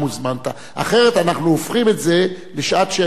אחרת אנחנו הופכים את זה לשעת שאלות לשר.